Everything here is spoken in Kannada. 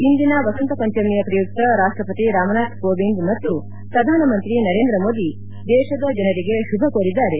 ಇಂದಿನ ವಸಂತ ಪಂಚಮಿಯ ಪ್ರಯುಕ್ತ ರಾಷ್ಷಪತಿ ರಾಮನಾಥ್ ಕೋವಿಂದ್ ಮತ್ತ ಪ್ರಧಾನಮಂತ್ರಿ ನರೇಂದ್ರ ಮೋದಿ ದೇಶದ ಜನರಿಗೆ ಶುಭ ಕೋರಿದ್ದಾರೆ